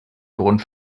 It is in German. grund